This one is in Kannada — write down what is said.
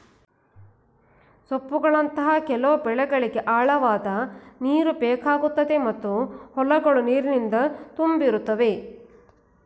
ಸೊಪ್ಪುಗಳಂತಹ ಕೆಲವು ಬೆಳೆಗೆ ಆಳವಾದ್ ನೀರುಬೇಕಾಗುತ್ತೆ ಮತ್ತು ಹೊಲಗಳು ನೀರಿನಿಂದ ತುಂಬಿರುತ್ತವೆ